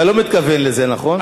אתה לא מתכוון לזה, נכון?